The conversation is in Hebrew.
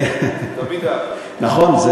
נכון.